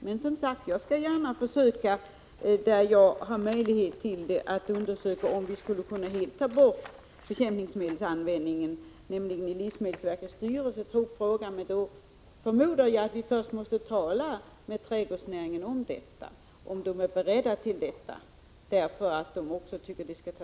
Men, som sagt, där jag har möjlighet till det skall jag gärna undersöka om vi skulle kunna helt ta bort bekämpningsmedlen. Men då förmodar jag att man först måste tala med trädgårdsnäringen om detta och fråga om den är beredd att medverka.